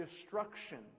destruction